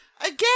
Again